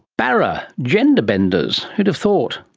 barra, gender benders, who'd have thought!